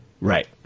Right